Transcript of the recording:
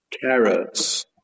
carrots